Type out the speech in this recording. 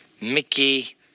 Mickey